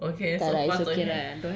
okay so far it's okay